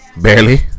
Barely